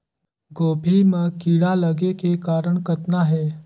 गोभी म कीड़ा लगे के कारण कतना हे?